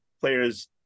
players